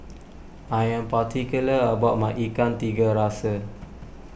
I am particular about my Ikan Tiga Rasa